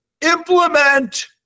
Implement